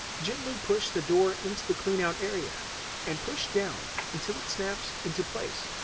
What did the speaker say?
gently push the door into the cleanout area and push down until it snaps into place.